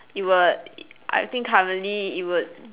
it would I think currently it would